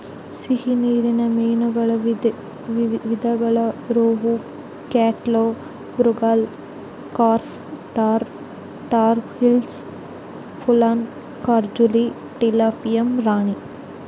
ಸಿಹಿ ನೀರಿನ ಮೀನುಗಳ ವಿಧಗಳು ರೋಹು, ಕ್ಯಾಟ್ಲಾ, ಮೃಗಾಲ್, ಕಾರ್ಪ್ ಟಾರ್, ಟಾರ್ ಹಿಲ್ಸಾ, ಪುಲಸ, ಕಾಜುಲಿ, ಟಿಲಾಪಿಯಾ ರಾಣಿ